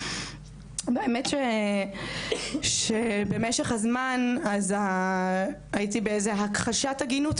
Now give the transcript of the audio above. באמת שבמשך הזמן הייתי באיזו הכחשת עגינות,